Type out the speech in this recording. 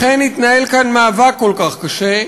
לכן התנהל כאן מאבק כל כך קשה,